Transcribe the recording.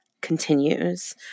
continues